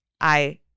I-